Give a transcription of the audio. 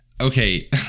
okay